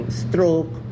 stroke